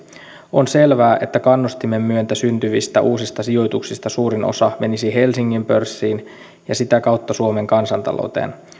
on selvää että kannustimen myötä syntyvistä uusista sijoituksista suurin osa menisi helsingin pörssiin ja sitä kautta suomen kansantalouteen